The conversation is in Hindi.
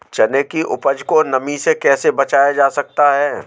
चने की उपज को नमी से कैसे बचाया जा सकता है?